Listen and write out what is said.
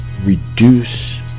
reduce